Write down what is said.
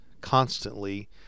constantly